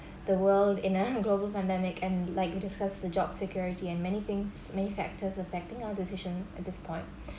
the world in a global pandemic and like discuss the job security and many things many factors affecting our decision at this point